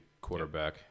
quarterback